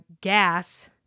gas